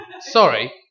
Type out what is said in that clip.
Sorry